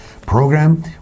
program